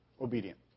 obedient